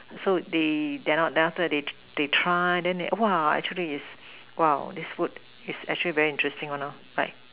so they dare not then after that they they try then they actually is this food is actually very interesting one right